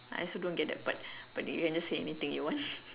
I also don't get that part but you can just say anything you want